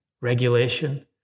regulation